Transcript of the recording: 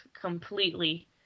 completely